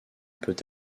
peut